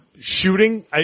shooting